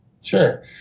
Sure